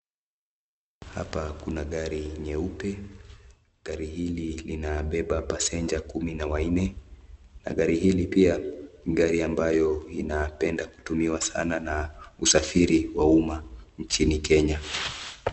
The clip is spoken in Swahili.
Hapa kuna gari nyeupe gari hili linabeba passager kumi na wanne na gari hili pia ni gari ambayo inapenda kutumiwa sana na usafiri wa umma nchini kenya.